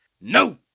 no